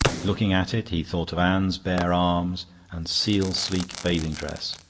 looking at it, he thought of anne's bare arms and seal-sleek bathing-dress,